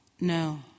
No